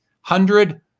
Hundred